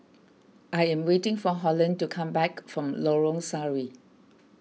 I am waiting for Holland to come back from Lorong Sari